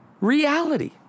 reality